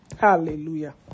Hallelujah